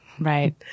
Right